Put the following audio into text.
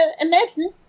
imagine